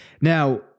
Now